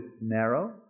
narrow